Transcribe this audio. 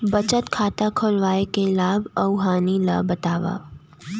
बचत खाता खोलवाय के लाभ अऊ हानि ला बतावव?